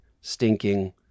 stinking